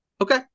Okay